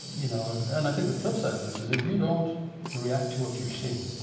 you know and i think the flip side of this is if you don't react to what you're seeing,